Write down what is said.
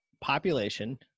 population